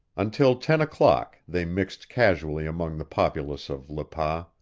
until ten o'clock they mixed casually among the populace of le pas.